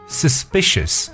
suspicious